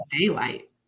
daylight